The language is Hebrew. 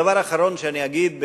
דבר אחרון שאני אגיד,